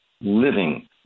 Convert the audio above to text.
living